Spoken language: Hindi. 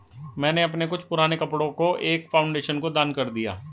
मैंने अपने कुछ पुराने कपड़ो को एक फाउंडेशन को दान कर दिया